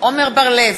עמר בר-לב,